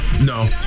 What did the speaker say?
no